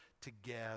together